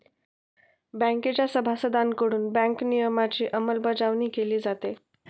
बँकेच्या सभासदांकडून बँक नियमनाची अंमलबजावणी केली जाते